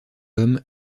homme